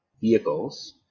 vehicles